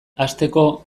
hasteko